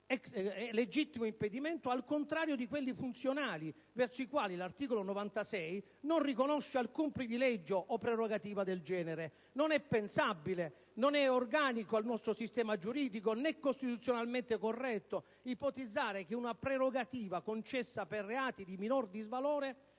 legittimo impedimento, al contrario di quelli funzionali, verso i quali l'articolo 96 della Costituzione non riconosce alcun privilegio o prerogativa del genere. Non è pensabile, non è organico al nostro sistema giuridico, né costituzionalmente corretto ipotizzare che una prerogativa concessa per reati di minore disvalore